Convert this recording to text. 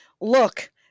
look